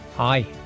Hi